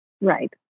Right